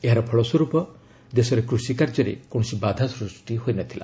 ଏହାର ଫଳସ୍ୱରୂପ ଦେଶରେ କୃଷି କାର୍ଯ୍ୟରେ କୌଣସି ବାଧା ସୃଷ୍ଟି ହୋଇନଥିଲା